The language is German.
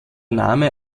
name